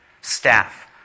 staff